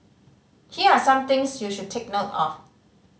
here are some things you should take note of